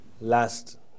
last